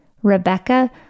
Rebecca